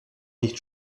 nicht